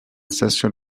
station